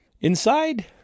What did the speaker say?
Inside